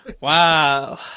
Wow